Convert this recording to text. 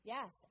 Yes